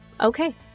okay